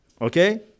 Okay